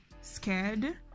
scared